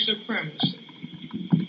supremacy